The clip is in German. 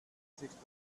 sich